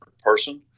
person